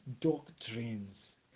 doctrines